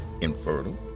infertile